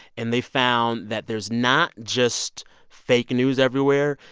and they found that there's not just fake news everywhere.